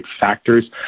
factors